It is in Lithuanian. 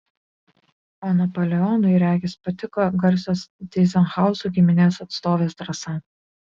o napoleonui regis patiko garsios tyzenhauzų giminės atstovės drąsa